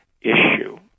issue